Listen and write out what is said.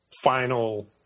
final